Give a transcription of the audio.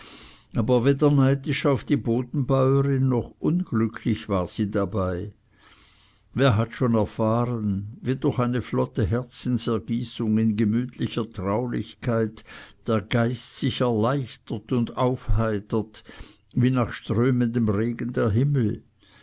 aber weder neidisch auf die bodenbäurin noch unglücklich war sie dabei wer hat nicht schon erfahren wie durch eine flotte herzensergießung in gemütlicher traulichkeit der geist sich erleichtert und aufheitert wie nach strömendem regen der himmel